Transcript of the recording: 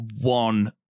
one